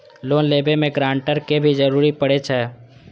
Loan लेबे में guarantor के भी जरूरी परे छै?